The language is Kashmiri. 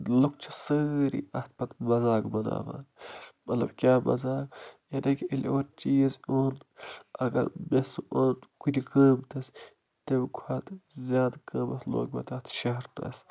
لُکھ چھِ سٲرِی اَتھ پَتہٕ مزاق بناوان مطلب کیٛاہ مزاق یعنی کہِ ییٚلہِ اورٕ چیٖز اوٚن اگر مےٚ سُہ اوٚن کُنہِ قۭمَتَس تَمۍ کھۄتہٕ زیادٕ قۭمَتھ لوگ مےٚ تَتھ شہرنَس